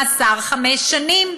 מאסר חמש שנים".